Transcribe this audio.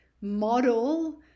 model